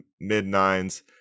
mid-nines